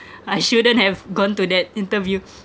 I shouldn't have gone to that interview